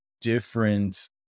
different